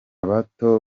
bato